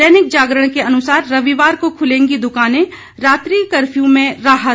दैनिक जागरण के अनुसार रविवार को खुलेंगी दुकानें रात्रि कर्फ्यू में राहत